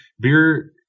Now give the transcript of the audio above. beer